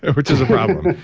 which is a problem.